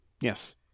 Yes